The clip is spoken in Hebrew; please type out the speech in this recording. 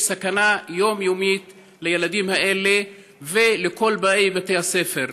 יש סכנה יומיומית לילדים האלה ולכל באי בתי הספר.